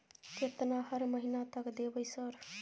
केतना हर महीना तक देबय सर?